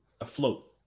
afloat